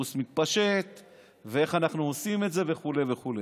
הווירוס מתפשט ואיך אנחנו עושים את זה וכו' וכו'.